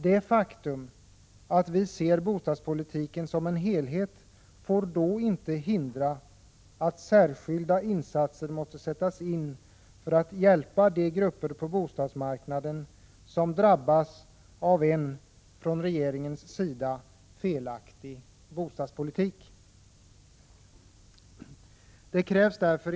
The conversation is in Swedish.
Det faktum att vi ser bostadspolitiken som en helhet får då inte hindra att särskilda insatser sätts in för att hjälpa de grupper på bostadsmarknaden som drabbas av en felaktig bostadspolitik från regeringens sida.